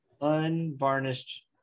unvarnished